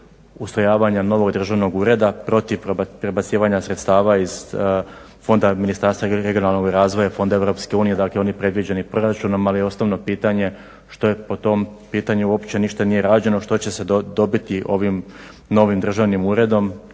ustrojavanja novog državnog ureda, protiv prebacivanja sredstava iz fonda Ministarstva regionalnog razvoja i fonda EU, dakle oni predviđeni proračunom ali je osnovno pitanje što je po tom pitanju, uopće ništa nije rađeno, što će se dobiti ovim novim državnim uredom,